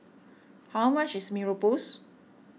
how much is Mee Rebus